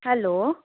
hello